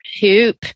hoop